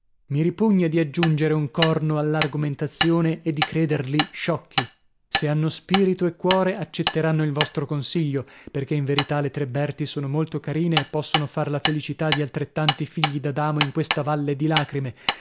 mi ripugna di aggiungere un corno all'argomentazione e di crederli sciocchi se hanno spirito e cuore accetteranno il vostro consiglio perchè in verità le tre berti sono molto carine e possono far la felicità di altrettanti figli d'adamo in questa valle di lacrime